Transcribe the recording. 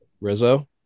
Rizzo